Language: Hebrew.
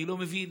אני לא מבין.